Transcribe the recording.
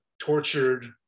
tortured